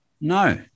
No